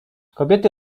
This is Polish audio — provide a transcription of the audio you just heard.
kobiety